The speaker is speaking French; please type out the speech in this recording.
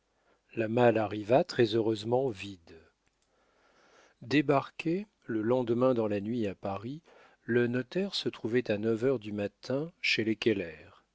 la malle arriva très-heureusement vide débarqué le lendemain dans la nuit à paris le notaire se trouvait à neuf heures du matin chez